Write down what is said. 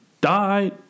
died